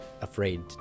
afraid